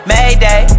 Mayday